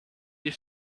die